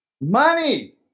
money